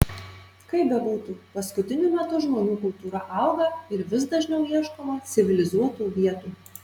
kaip bebūtų paskutiniu metu žmonių kultūra auga ir vis dažniau ieškoma civilizuotų vietų